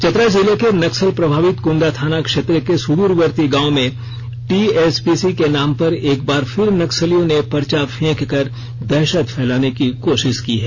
चतरा जिले के नक्सल प्रभावित कुन्दा थाना क्षेत्र के सुदूरवर्ती गांव में टीएसपीसी के नाम पर एक बार फिर नक्सलियों ने पर्चा फेंककर दहशत फैलाने की कोषिष की है